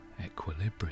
equilibrium